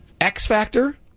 X-Factor